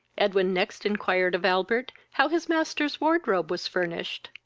edwin next inquired of albert how his master's wardrobe was furnished.